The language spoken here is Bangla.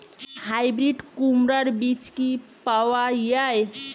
হাইব্রিড কুমড়ার বীজ কি পাওয়া য়ায়?